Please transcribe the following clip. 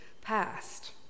passed